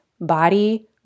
body